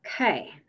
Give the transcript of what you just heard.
Okay